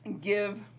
give